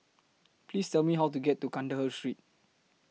Please Tell Me How to get to Kandahar Street